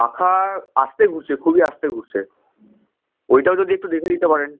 পাখা আস্তে ঘুরছে খুবই আস্তে ঘুরছে ওইটাও যদি একটু দেখে দিতে পারেন